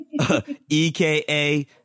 EKA